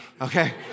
okay